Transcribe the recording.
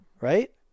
right